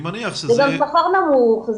זה גם שכר נמוך,